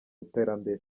iterambere